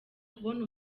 kubona